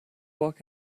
walk